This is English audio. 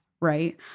right